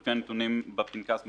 לפי הנתונים בפנקס באינטרנט,